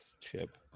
chip